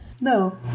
No